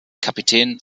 kapitän